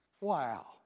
wow